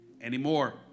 anymore